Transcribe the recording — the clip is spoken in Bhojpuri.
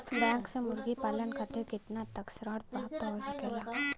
बैंक से मुर्गी पालन खातिर कितना तक ऋण प्राप्त हो सकेला?